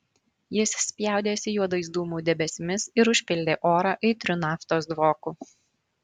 jis spjaudėsi juodais dūmų debesimis ir užpildė orą aitriu naftos dvoku